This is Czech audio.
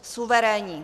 Suverénní.